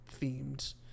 themed